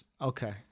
Okay